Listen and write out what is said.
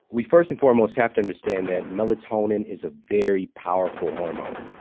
we first and foremost have to understand that melatonin is a very powerful hormone,